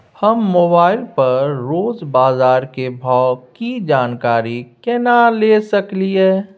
हम मोबाइल पर रोज बाजार के भाव की जानकारी केना ले सकलियै?